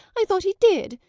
i thought he did.